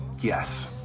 yes